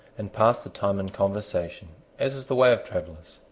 and passed the time in conversation, as is the way of travellers.